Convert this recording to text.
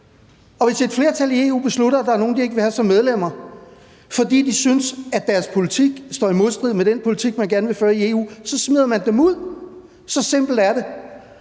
hvis et flertal i EU beslutter, at der er nogle, de ikke vil have som medlemmer, fordi de synes, at deres politik står i modstrid med den politik, man gerne vil føre i EU, så smider man dem ud. Så simpelt er det.